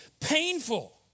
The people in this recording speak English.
painful